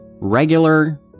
regular